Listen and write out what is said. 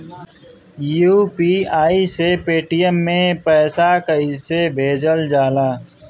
UPI से Paytm मे पैसा कइसे जाला?